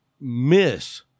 miss